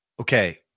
Okay